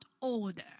order